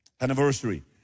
anniversary